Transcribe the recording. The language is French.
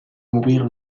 mourir